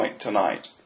tonight